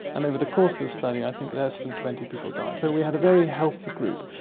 and over the course of the study i think less than twenty people died, so we had a very healthy group.